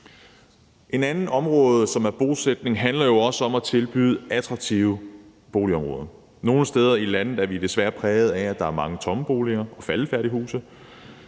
Et andet område, som handler om bosætning, handler også om at tilbyde attraktive boligområder. Nogle steder i landet er desværre præget af, at der er mange tomme boliger og faldefærdige huse,